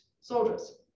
soldiers